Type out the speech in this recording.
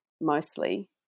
mostly